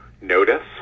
notice